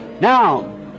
Now